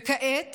וכעת